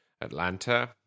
Atlanta